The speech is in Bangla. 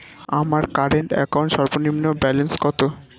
আমার কারেন্ট অ্যাকাউন্ট সর্বনিম্ন ব্যালেন্স কত?